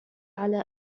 على